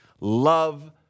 love